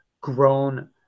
grown